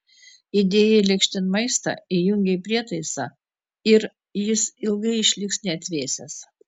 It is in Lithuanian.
įdėjai lėkštėn maistą įjungei prietaisą ir jis ilgai išliks neatvėsęs